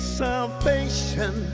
salvation